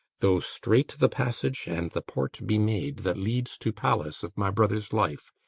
though strait the passage and the port be made that leads to palace of my brother's life,